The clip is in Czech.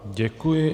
Děkuji.